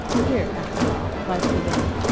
here, after all, life began.